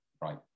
right